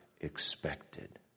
expected